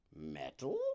metal